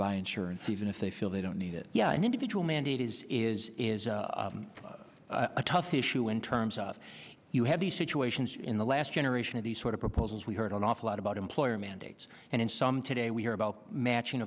buy insurance even if they feel they don't need it yeah an individual mandate is is is a tough issue in terms of you have these situations in the last generation of these sort of proposals we heard an awful lot about employer mandates and in some today we hear about matching